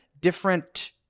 different